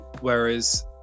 whereas